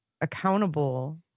accountable